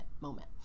moment